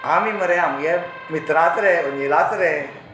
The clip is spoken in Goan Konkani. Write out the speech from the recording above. आमी मरे आमगे मित्राचो रे अनिलाचो रे